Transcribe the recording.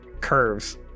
curves